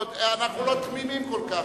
אנחנו לא תמימים כל כך.